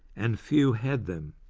and few had them.